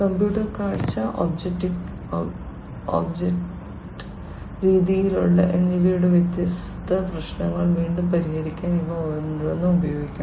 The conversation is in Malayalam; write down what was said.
കമ്പ്യൂട്ടർ കാഴ്ച ഒബ്ജക്റ്റ് തിരിച്ചറിയൽ എന്നിവയുടെ വ്യത്യസ്ത പ്രശ്നങ്ങൾ വീണ്ടും പരിഹരിക്കാൻ ഇവ ഓരോന്നും ഉപയോഗിക്കാം